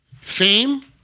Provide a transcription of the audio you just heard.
Fame